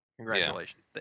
Congratulations